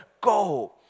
Go